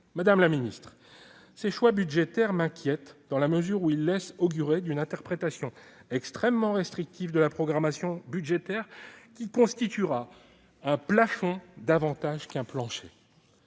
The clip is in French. Madame la ministre, ces choix budgétaires m'inquiètent, dans la mesure où ils laissent augurer une interprétation extrêmement restrictive de la programmation budgétaire, qui constituera un plafond plus qu'un plancher.